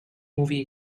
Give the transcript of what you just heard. movie